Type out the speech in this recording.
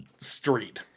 street